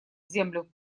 землю